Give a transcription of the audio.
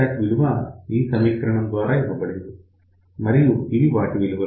PoscPsat విలువ ఈ సమీకరణం ద్వారా ఇవ్వబడింది మరియు ఇవి వాటి విలువలు